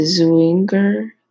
Zwinger